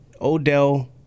Odell